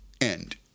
end